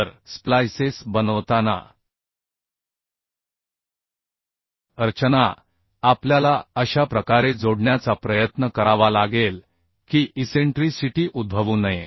तर स्प्लाइसेस बनवताना रचना आपल्याला अशा प्रकारे जोडण्याचा प्रयत्न करावा लागेल की इसेंट्रीसिटी उद्भवू नये